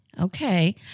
Okay